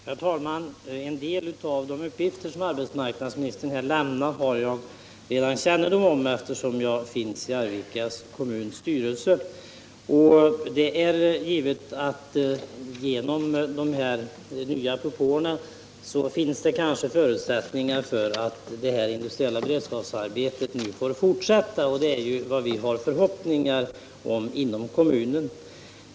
Herr talman! En del av de uppgifter som arbetsmarknadsministern här lämnat har jag redan kännedom om, eftersom jag sitter i Arvika kommuns kommunstyrelse. Genom dessa nya åtgärder finns det kanske förutsättningar för att det industriella beredskapsarbetet i Arvika får fortsätta, och det är vad vi hoppas på inom kommunen.